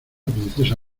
princesa